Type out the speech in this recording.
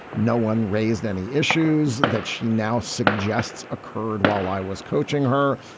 no one raised any issues that she now suggests occurred while i was coaching her.